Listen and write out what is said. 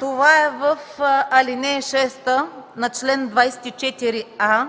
това е в ал. 6 на чл. 24а,